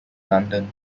london